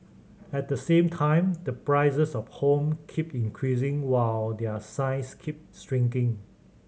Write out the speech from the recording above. at the same time the prices of home keep increasing while their size keep shrinking